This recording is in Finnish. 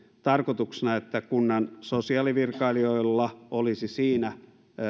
että kunnan sosiaalivirkailijoilla olisi siinä